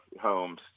homes